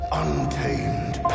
untamed